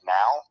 now